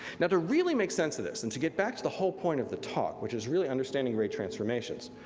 now to really make sense of this, and to get back to the whole point of the talk, which is really understanding great transformations.